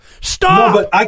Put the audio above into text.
Stop